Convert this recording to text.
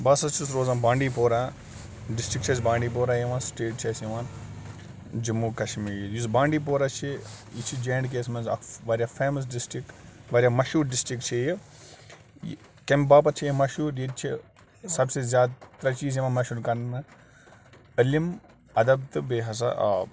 بہٕ ہَسا چھُس روزان بانٛڈی پورہ ڈِسٹِرٛک چھِ اَسہِ بانٛڈی پورہ یِوان سٕٹیٹ چھِ اَسہِ یِوان جموں کَشمیٖر یُس بانڈی پورہ چھِ یہِ چھِ جے اینٛڈ کے یَس منٛز اَکھ واریاہ فیمَس ڈِسٹِرٛک واریاہ مشہوٗر ڈِسٹِرٛک چھے یہِ یہِ کَمہِ باپَتھ چھےٚ یہِ مشہوٗر ییٚتہِ چھِ سب سے زیادٕ ترٛےٚ چیٖز یِوان مشہوٗر کرنہٕ علم اَدَب تہٕ بیٚیہِ ہسا آب